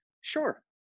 Sure